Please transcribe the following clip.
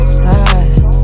slide